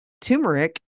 turmeric